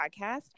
podcast